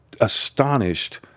astonished